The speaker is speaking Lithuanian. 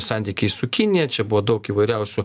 santykiai su kinija čia buvo daug įvairiausių